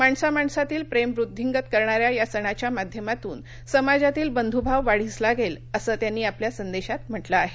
माणसा माणसांतील प्रेम वृद्धिंगत करणाऱ्या या सणाच्या माध्यमातून समाजातील बंधूभाव वाढीस लागेल असं त्यांनी आपल्या संदेशात म्हटलं आहे